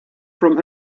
from